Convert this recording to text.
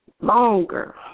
longer